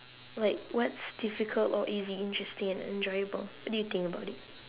like what's difficult or is it interesting and enjoyable what do you think about it